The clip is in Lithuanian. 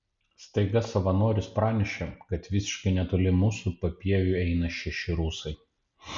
staiga savanoris pranešė kad visiškai netoli mūsų papieviu eina šeši rusai